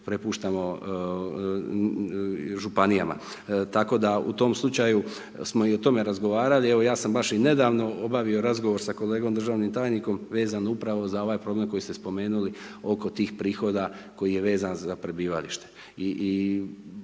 prepuštamo županijama. Tako da u tom slučaju smo i o tome razgovarali, evo ja sam baš i nedavno obavio razgovor sa kolegom državnim tajnikom vezano upravo za ovaj problem koji ste spomenuli oko tih prihoda koji je vezan za prebivalište.